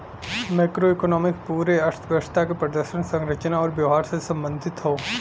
macroeconomics पूरे अर्थव्यवस्था क प्रदर्शन, संरचना आउर व्यवहार से संबंधित हौ